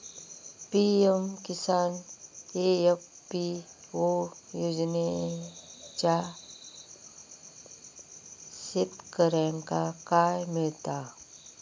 PM Kisan FPO योजनाच्यात शेतकऱ्यांका काय मिळता?